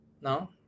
No